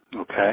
Okay